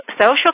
social